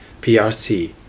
PRC